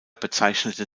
bezeichnete